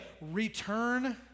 return